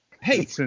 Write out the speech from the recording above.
Hey